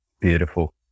Beautiful